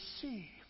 see